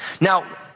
Now